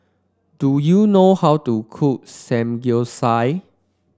do you know how to cook Samgeyopsal